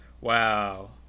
Wow